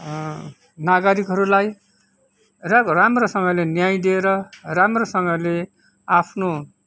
नागरिकहरूलाई राम्रोसँगले न्याय दिएर राम्रोसँगले आफ्नो